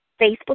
Facebook